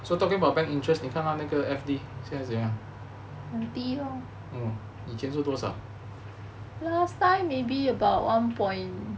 so talking about bank interest 你看到那个 F_D 怎样以前是多少